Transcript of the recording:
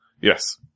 Yes